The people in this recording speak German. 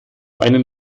einen